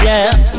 Yes